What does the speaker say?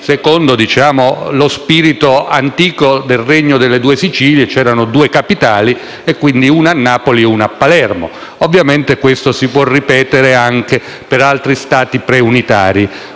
Sicilia, secondo lo spirito antico del Regno delle due Sicilie dove c'erano due capitali, una a Napoli e una a Palermo. Ovviamente, questo concetto può ripetersi anche per altri Stati preunitari.